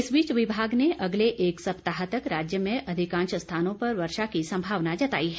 इस बीच विभाग ने अगले एक सप्ताह तक राज्य में अधिकांश स्थानों पर वर्षा की संभावना जताई है